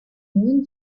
one